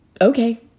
Okay